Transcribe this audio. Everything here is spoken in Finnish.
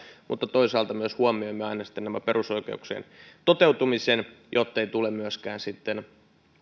mutta toisaalta myös huomioimme aina sitten perusoikeuksien toteutumisen jottei tule myöskään